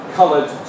coloured